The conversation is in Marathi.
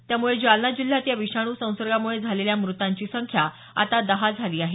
त्यामुळे जालना जिल्ह्यात या विषाणू संसर्गामुळे झालेल्या मृतांची संख्या आता दहा झाली आहे